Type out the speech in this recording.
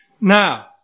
Now